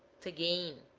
to gain